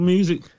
Music